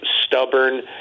stubborn